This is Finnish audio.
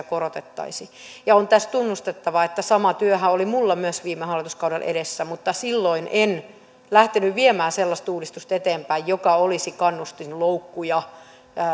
korotettaisi ja on tässä tunnustettava että sama työhän oli myös minulla viime hallituskaudella edessä mutta silloin en lähtenyt viemään sellaista uudistusta eteenpäin joka olisi kannustinloukkuja